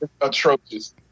atrocious